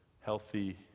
healthy